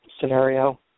scenario